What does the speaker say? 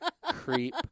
creep